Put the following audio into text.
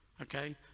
Okay